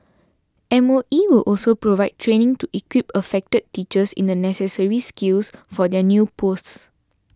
M O E will also provide training to equip affected teachers in the necessary skills for their new posts